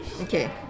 okay